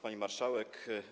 Pani Marszałek!